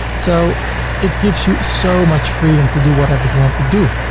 so it gives you so much freedom to do whatever you want to do.